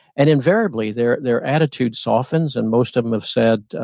and invariably, their their attitude softens and most of them have said,